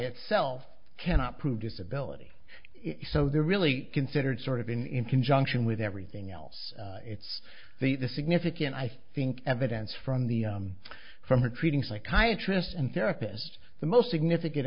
itself cannot prove disability so there really considered sort of in conjunction with everything else it's the the significant i think evidence from the from a treating psychiatrists and therapists the most significant